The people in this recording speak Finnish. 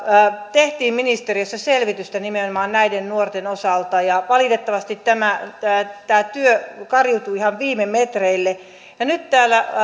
tehtiin ministeriössä selvitystä nimenomaan näiden nuorten osalta ja valitettavasti tämä tämä työ kariutui ihan viime metreillä nyt täällä